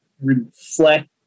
reflect